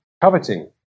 coveting